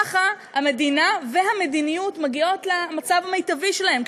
ככה המדינה והמדיניות מגיעות למצב המיטבי שלהן,